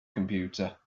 computer